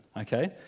okay